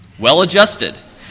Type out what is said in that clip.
well-adjusted